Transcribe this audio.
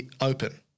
open